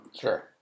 Sure